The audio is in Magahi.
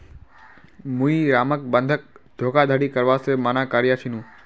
मुई रामक बंधक धोखाधड़ी करवा से माना कर्या छीनु